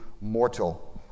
mortal